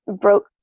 broke